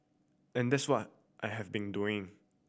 and that's what I have been doing